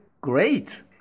Great